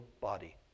body